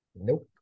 Nope